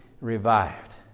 revived